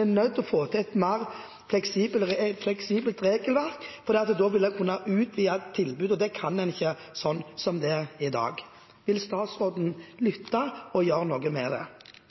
er nødt til å få til et mer fleksibelt regelverk? Da vil en kunne utvide tilbudet, og det kan en ikke sånn som det er i dag. Vil statsråden lytte og gjøre noe med det?